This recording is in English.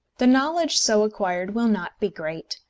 the knowledge so acquired will not be great,